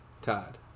Todd